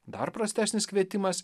dar prastesnis kvietimas